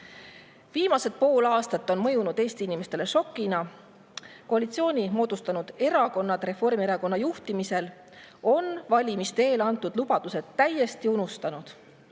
usaldada? Viimased pool aastat on mõjunud Eesti inimestele šokina. Koalitsiooni moodustanud erakonnad Reformierakonna juhtimisel on valimiste eel antud lubadused täiesti unustanud